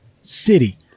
City